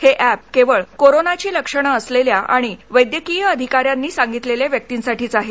हे अप्तकेवळ कोरोनाची लक्षणं असलेल्या आणि वैद्यकीय अधिकाऱ्यांनी सांगितलेल्या व्यक्तींसाठीच आहे